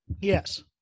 Yes